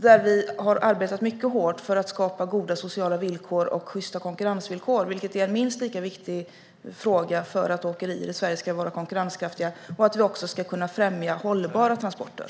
Där har vi arbetat mycket hårt för att skapa goda sociala villkor och sjysta konkurrensvillkor, vilket är en minst lika viktig fråga för att åkerier i Sverige ska vara konkurrenskraftiga och vi också ska kunna främja hållbara transporter.